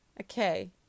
Okay